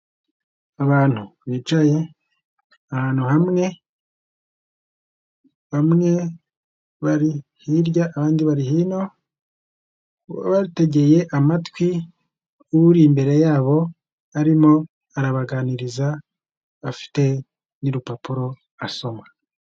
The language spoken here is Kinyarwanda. Abantu bicaye ahantu hamwe, bamwe bari hirya abandi bari hino, bategeye amatwi uri imbere yabo arimo arabaganiriza afite n'urupapuro asoma.